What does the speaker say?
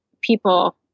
people